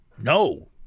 No